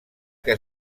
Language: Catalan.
que